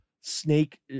snake